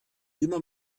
immer